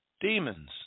Demons